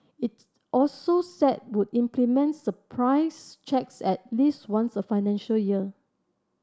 it also said would implement surprise checks at least once a financial year